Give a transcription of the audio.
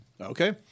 Okay